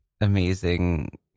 amazing